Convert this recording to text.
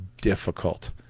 difficult